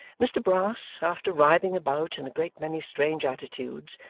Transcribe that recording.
mr brass, after writhing about, in a great many strange attitudes,